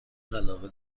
علاقه